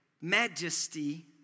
majesty